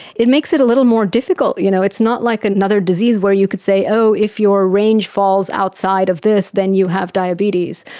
it makes it a little more difficult. you know it's not like another disease where you could say if your range falls outside of this then you have diabetes,